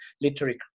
literary